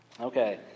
Okay